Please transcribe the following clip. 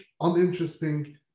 uninteresting